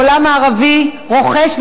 העולם הערבי רוחש,